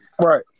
Right